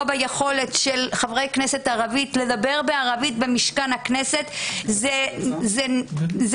ביכולת של חברי כנסת ערביים לדבר בערבית במשכן הכנסת זה מאמץ